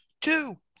two